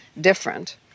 Different